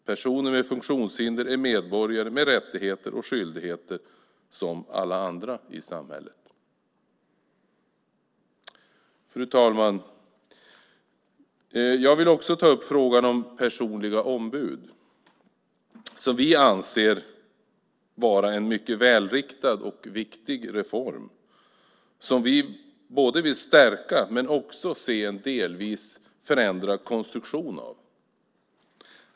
Personer med funktionshinder är medborgare med rättigheter och skyldigheter som alla andra i samhället. Fru talman! Avslutningsvis vill jag ta upp frågan om personliga ombud, som vi anser är en mycket välriktad och viktig reform som vi både vill stärka, men också se en delvis förändrad konstruktion av.